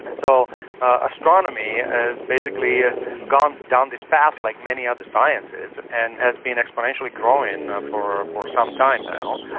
and so astronomy has and basically ah gone down this path, like many other sciences, and has been exponentially growing for for some time now,